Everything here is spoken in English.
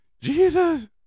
Jesus